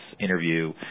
interview